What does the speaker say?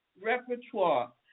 repertoire